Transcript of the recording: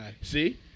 See